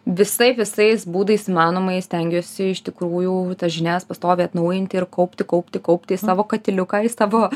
visaip visais būdais įmanomai stengiuosi iš tikrųjų tas žinias pastoviai atnaujinti ir kaupti kaupti kaupti į savo katiliuką į savo